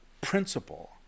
principle